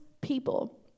people